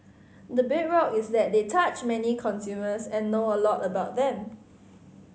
the bedrock is that they touch many consumers and know a lot about them